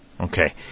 Okay